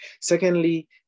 Secondly